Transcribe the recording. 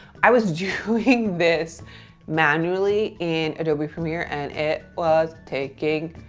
i was doing this manually in adobe premiere, and it was taking